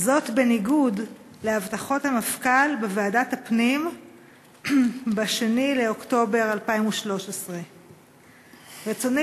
בניגוד להבטחות המפכ"ל בוועדת הפנים ב-2 באוקטובר 2013. רצוני